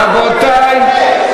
רבותי.